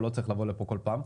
הוא לא צריך לבוא לפה כל פעם,